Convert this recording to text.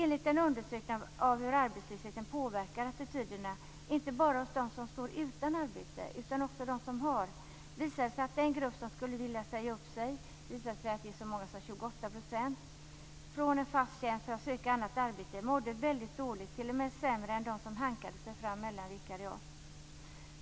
Enligt en undersökning av hur arbetslösheten påverkar attityderna, inte bara hos dem som står utan arbete utan också hos dem som har arbete, visar det sig att den grupp som skulle vilja säga upp sig från en fast tjänst för att söka annat arbete - det är så många som 28 %- mådde väldigt dåligt, t.o.m. sämre än dem som hankade sig fram mellan vikariat.